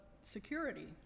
security